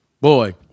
boy